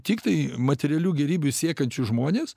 tiktai materialių gėrybių siekiančius žmones